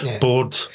bored